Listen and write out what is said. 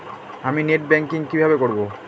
আমি net banking কিভাবে করব?